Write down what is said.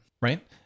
Right